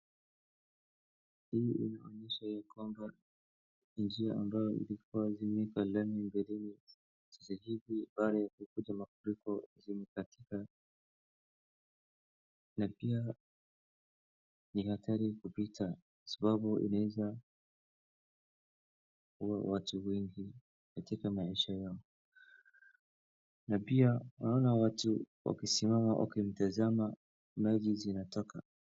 Hii inaonyesha ya kwamba njia ambayo ilikuwa imewekwa lami sasa hivi baada ya kukuja mafuriko zimekatika na pia ni hatari kupita sababu inaweza kuua watu wengi katika maisha yao, na pia naona watu wakisimama wakitazama maji zinazotoka.